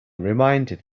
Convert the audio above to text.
reminded